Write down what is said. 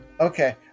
Okay